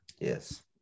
yes